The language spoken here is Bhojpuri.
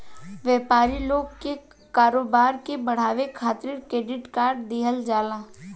व्यापारी लोग के कारोबार के बढ़ावे खातिर क्रेडिट कार्ड दिहल जाला